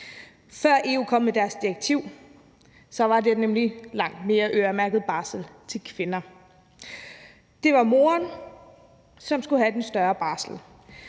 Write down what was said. Før EU kom med deres direktiv, var der nemlig langt mere øremærket barsel til kvinder. Det var moren, som skulle have den større del